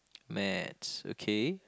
Maths okay